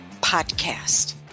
podcast